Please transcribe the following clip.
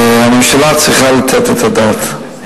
הממשלה צריכה לתת את הדעת,